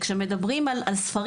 חבר